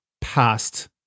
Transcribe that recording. past